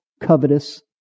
covetous